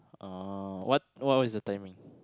oh what what what what is the timing